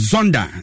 Zonda